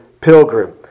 pilgrim